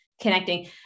connecting